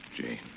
Jane